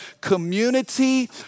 Community